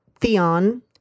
Theon